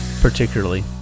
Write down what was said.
particularly